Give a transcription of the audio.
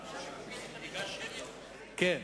כן.